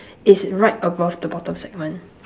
is right above the bottom segment